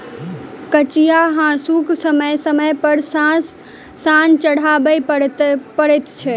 कचिया हासूकेँ समय समय पर सान चढ़बय पड़ैत छै